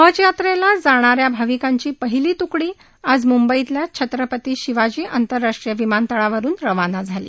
हजयात्रेला जाणा या भाविकांची पहिली त्कडी आज म्ंबईतल्या छत्रपती शिवाजी आंतरराष्ट्रीय विमानतळावरुन रवाना झाली